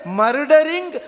murdering